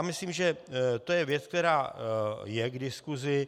Myslím, že to je věc, která je k diskusi.